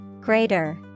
greater